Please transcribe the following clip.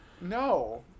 No